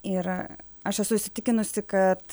ir aš esu įsitikinusi kad